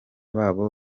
babo